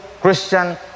Christian